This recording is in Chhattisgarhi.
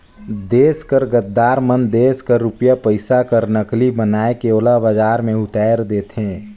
देस कर गद्दार मन देस कर रूपिया पइसा कर नकली बनाए के ओला बजार में उताएर देथे